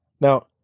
Now